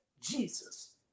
Jesus